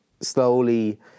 slowly